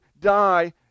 die